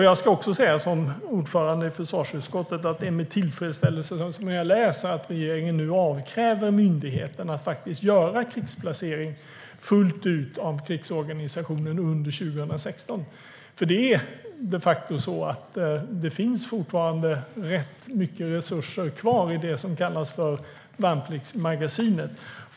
Jag ska också säga som ordförande i försvarsutskottet att det är med tillfredsställelse som jag läser att regeringen nu avkräver myndigheten att göra krigsplacering fullt ut av krigsorganisationen under 2016. Det finns de facto fortfarande rätt mycket resurser kvar i det som kallas värnpliktsmagasinet.